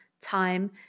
time